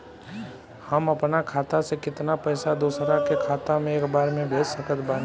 हम अपना खाता से केतना पैसा दोसरा के खाता मे एक बार मे भेज सकत बानी?